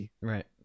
Right